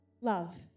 love